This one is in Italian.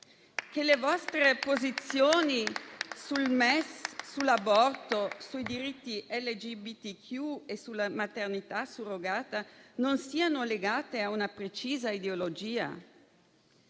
Che le vostre posizioni sul MES, sull'aborto, sui diritti LGBTQ e sulla maternità surrogata non siano legate a una precisa ideologia?